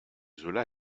zola